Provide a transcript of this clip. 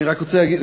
אני רק רוצה להגיד,